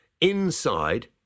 inside